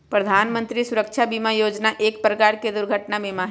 प्रधान मंत्री सुरक्षा बीमा योजना एक प्रकार के दुर्घटना बीमा हई